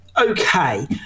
okay